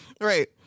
Right